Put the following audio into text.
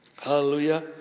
Hallelujah